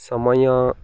ସମୟ